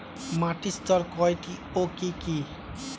মাটির স্তর কয়টি ও কি কি?